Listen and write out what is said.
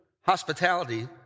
hospitality